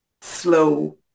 slow